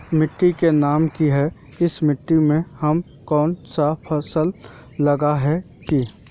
मिट्टी के नाम की है इस मिट्टी में हम कोन सा फसल लगा सके हिय?